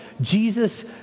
Jesus